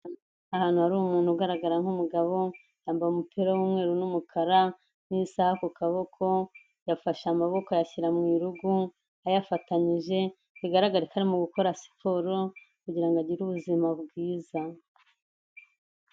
Ahantu hari umuntu ugaragara nk'umugabo yambaye umupira w'umweru n'umukara n'isaha ku kaboko yafashe amaboko ayashyira mu irugo ayafatanyije, bigaragara ko arimo gukora siporo kugira ngo agire ubuzima bwiza.